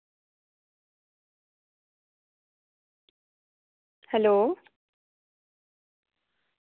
hello